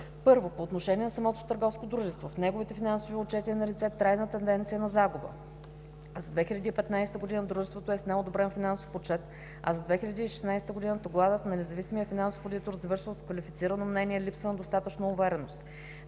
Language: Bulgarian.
1. По отношение на самото търговско дружество - в неговите финансови отчети е налице трайна тенденция на загуби. За 2015 г. дружеството е с неодобрен финансов отчет, а за 2016 г. докладът на независимия финансов одитор завършва с квалифицирано мнение „липса на достатъчно увереност“.